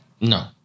No